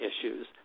issues